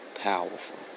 powerful